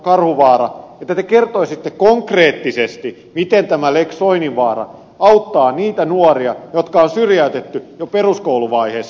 karhuvaara että te kertoisitte konkreettisesti miten tämä lex soininvaara auttaa niitä nuoria jotka on syrjäytetty jo peruskouluvaiheessa